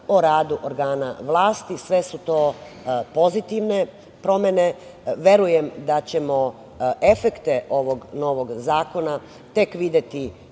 o radu organa vlasti. Sve su to pozitivne promene. Verujem da ćemo efekte ovog novog zakona tek videti